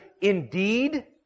indeed